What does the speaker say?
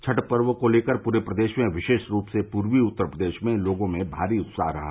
छठ पर्व को लेकर पूरे प्रदेश में विशेष रूप से पूर्वी उत्तर प्रदेश में लोगों में भारी उत्साह रहा